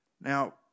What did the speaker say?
Now